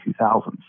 2000s